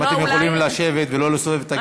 אם אתם יכולים לשבת ולא לסובב את הגב,